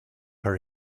her